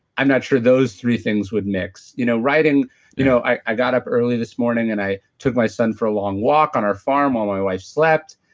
i'm not sure those three things would mix. you know you know i i got up early this morning, and i took my son for a long walk on our farm while my wife slept,